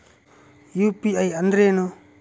UPI ಅಂದ್ರೇನು?